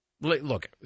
Look –